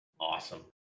Awesome